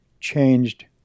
changed